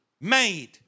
made